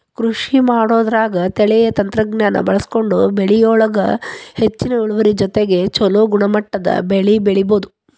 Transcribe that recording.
ಕೃಷಿಮಾಡೋದ್ರಾಗ ತಳೇಯ ತಂತ್ರಜ್ಞಾನ ಬಳಸ್ಕೊಂಡ್ರ ಬೆಳಿಯೊಳಗ ಹೆಚ್ಚಿನ ಇಳುವರಿ ಜೊತೆಗೆ ಚೊಲೋ ಗುಣಮಟ್ಟದ ಬೆಳಿ ಬೆಳಿಬೊದು